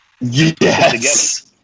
Yes